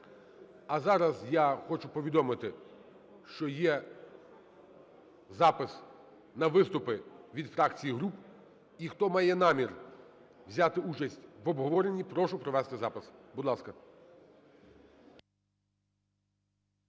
А зараз я хочу повідомити, що є запис на виступи від фракцій і груп. І хто має намір взяти в обговоренні, прошу провести запис. Будь ласка.